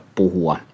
puhua